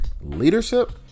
Leadership